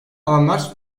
alanlar